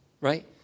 right